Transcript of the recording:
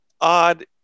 odd